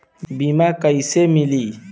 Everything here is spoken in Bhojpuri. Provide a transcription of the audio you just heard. बीमा कैसे मिली?